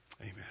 amen